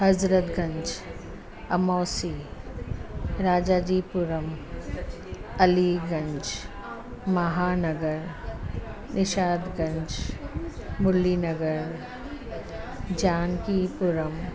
Hazratganj Amausi Rajajipuram Aliganj Mahanagar Nishatganj Murli Nagar Jankipuram